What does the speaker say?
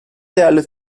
değerli